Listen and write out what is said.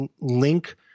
link